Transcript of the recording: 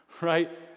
right